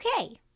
Okay